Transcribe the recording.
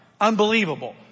Unbelievable